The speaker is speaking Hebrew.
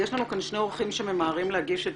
יש לנו כאן שני אורחים שממהרים להגיש את